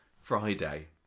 Friday